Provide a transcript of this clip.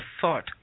thought